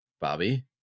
bobby